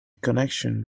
connection